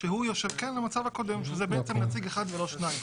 -- כן, המצב הקודם, שזה נציג אחד ולא שניים.